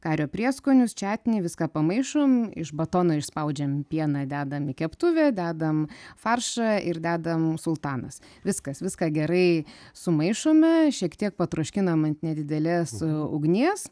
kario prieskonius čiatnį viską pamaišom iš batono išspaudžiam pieną dedam į keptuvę dedam faršą ir dedam sultanas viskas viską gerai sumaišome šiek tiek patroškinam ant nedidelės ugnies